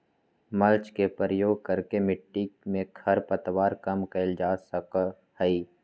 mulch के प्रयोग करके मिट्टी में खर पतवार कम कइल जा सका हई